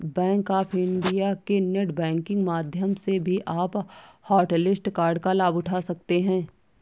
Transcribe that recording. bank of India के net banking माध्यम से भी आप हॉटलिस्ट कार्ड का लाभ उठा सकते हैं